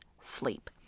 sleep